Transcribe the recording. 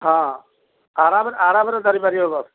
ହଁ ଆରାମ ଆରାମରେ ଧରି ପାରିବେ ବସ୍